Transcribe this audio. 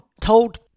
told